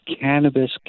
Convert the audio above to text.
Cannabis